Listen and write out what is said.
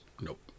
nope